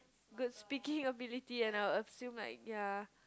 good speaking ability and I will assume like ya